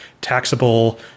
taxable